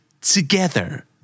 together